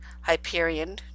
Hyperion